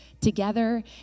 together